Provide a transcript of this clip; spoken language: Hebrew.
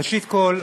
ראשית כול,